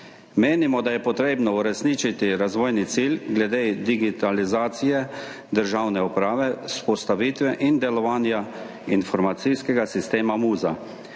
Menimo, da je potrebno uresničiti razvojni cilj glede digitalizacije državne uprave, vzpostavitve in delovanja informacijskega sistema MUZA